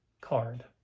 card